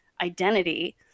identity